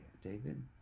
David